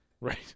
Right